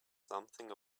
something